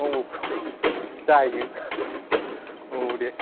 औ जायो औ दे